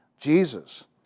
Jesus